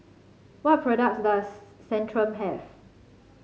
what products does Centrum have